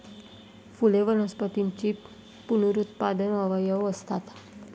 फुले वनस्पतींचे पुनरुत्पादक अवयव असतात